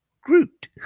Groot